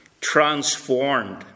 transformed